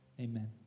Amen